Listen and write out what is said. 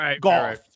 golf